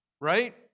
right